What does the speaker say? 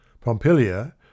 Pompilia